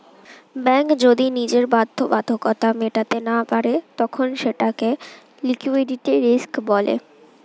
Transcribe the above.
bank যদি নিজের বাধ্যবাধকতা মেটাতে না পারে তখন সেটাকে লিক্যুইডিটি রিস্ক বলে